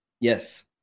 Yes